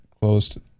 closed